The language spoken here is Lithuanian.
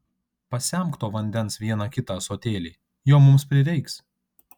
pasemk to vandens vieną kitą ąsotėlį jo mums prireiks